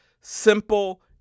simple